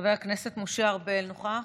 חבר הכנסת משה ארבל, נוכח?